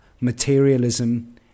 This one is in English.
materialism